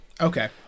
Okay